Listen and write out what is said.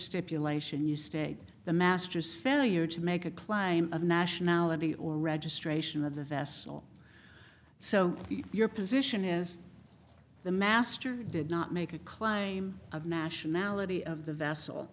stipulation you stated the master's failure to make a claim of nationality or registration of the vessel so your position is the master did not make a claim of nationality of the vessel